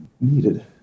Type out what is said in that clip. Needed